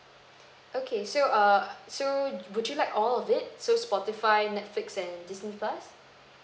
okay so err so would you like all of it so spotify netflix and disney plus